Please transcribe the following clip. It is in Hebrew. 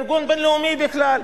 ארגון בין-לאומי בכלל.